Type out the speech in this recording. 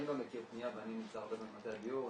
אני לא מכיר פנייה ואני נמצא הרבה זמן במטה הדיור.